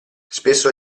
spesso